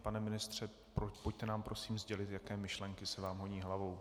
Pane ministře, pojďte nám prosím sdělit, jaké myšlenky se vám honí hlavou.